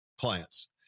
clients